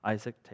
Isaac